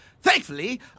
Thankfully